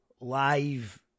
live